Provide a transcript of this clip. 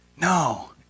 No